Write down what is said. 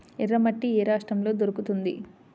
ఎర్రమట్టి ఏ రాష్ట్రంలో దొరుకుతుంది?